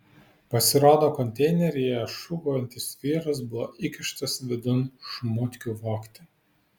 pasirodo konteineryje šūkaujantis vyras buvo įkištas vidun šmutkių vogti